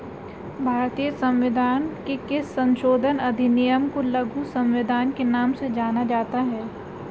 भारतीय संविधान के किस संशोधन अधिनियम को लघु संविधान के नाम से जाना जाता है?